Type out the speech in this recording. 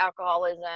alcoholism